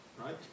right